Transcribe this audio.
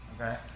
okay